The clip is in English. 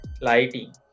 lighting